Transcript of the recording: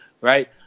right